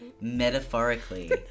Metaphorically